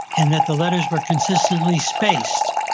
and that the letters were consistently spaced,